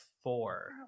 Four